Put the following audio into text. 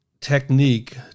technique